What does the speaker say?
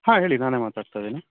ಹಾಂ ಹೇಳಿ ನಾನೇ ಮಾತಾಡ್ತಾ ಇದ್ದೀನಿ